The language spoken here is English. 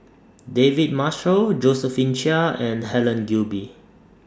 David Marshall Josephine Chia and Helen Gilbey